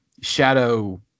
shadow